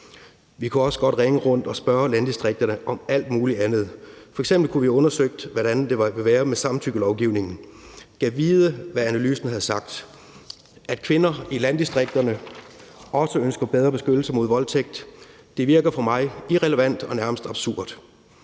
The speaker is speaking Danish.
Vi kunne også godt ringe rundt og spørge landdistrikterne om alt muligt andet. F.eks. kunne vi have undersøgt, hvordan det ville være med samtykkelovgivningen. Gad vide, hvad analysen havde sagt – at kvinder i landdistrikterne også ønsker bedre beskyttelse mod voldtægt? Det virker for mig irrelevant og nærmest absurd,